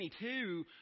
2022